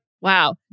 Wow